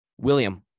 William